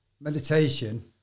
meditation